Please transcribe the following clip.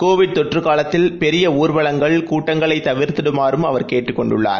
Covid தொற்றுகாலத்தில் பெரியஊர்வலங்கள் கூட்டங்களைதவிர்த்திடுமாறும் அவர் கேட்டுக் கொண்டுள்ளார்